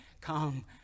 Come